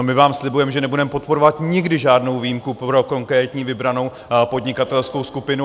My vám slibujeme, že nebudeme podporovat nikdy žádnou výjimku pro konkrétní vybranou podnikatelskou skupinu.